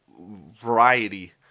variety